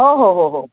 हो हो हो हो